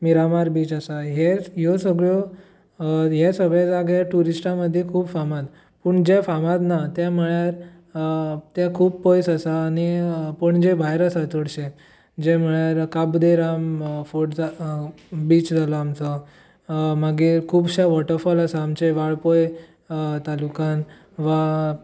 Miramar beach आसा हे ह्यो सगल्यो हे सगळे जागे टुरिश्टां मदी खूब फामाद पूण जे फामाद ना ते म्हळ्यार ते खूब पयस आसात आनी पणजे भायर आसा चडशे जे म्हळ्यार काब दे राम फोर्ट जो बीच जालो आमचो मागीर खुबशे वाॅटरफाॅल आसात आमचे वाळपय तालुक्यांत वा